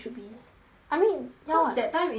I mean ya [what] cause that time induction